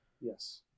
Yes